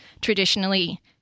traditionally